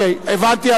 הבנתי.